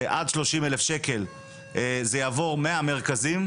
שעד שלושים אלף שקל זה יעבור מהמרכזים.